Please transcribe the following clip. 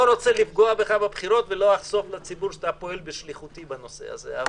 לא רוצה לפגוע בך בבחירות ולא אחשוף שאתה פועל בשליחותי בנושא הזה.